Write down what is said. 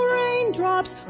raindrops